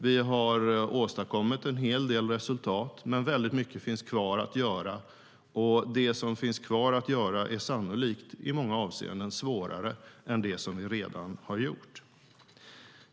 Vi har åstadkommit en hel del resultat, men väldigt mycket finns kvar att göra, och det som finns kvar att göra är sannolikt i många avseenden svårare än det som vi redan har gjort.